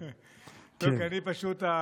פשוט,